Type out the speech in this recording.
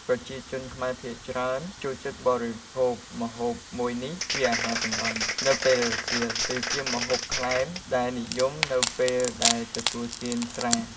ប្រជាជនខ្មែរភាគច្រើន ចូលចិត្តបរិភោគម្ហូបមួយនេះជាអាហារសម្រន់ នៅពេលរសៀល ឬជាម្ហូបក្លែមដែលនិយមនៅពេលដែលទទួលទានស្រា។